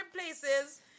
places